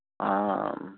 ਹਾਂ